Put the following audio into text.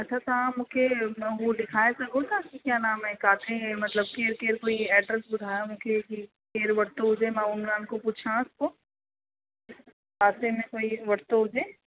अछा तव्हां मूंखे हू ॾेखारे सघो था कि क्या नाम है किथे मतलबु केरु केरु कोई एड्रेस ॿुधायो मूंखे की केरु वरितो हुजे मां हुननि खां पुछांसि पोइ पासे में कोई वरितो हुजे